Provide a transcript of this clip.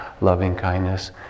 loving-kindness